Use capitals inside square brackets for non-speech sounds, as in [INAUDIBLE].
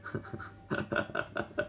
[LAUGHS]